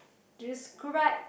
describe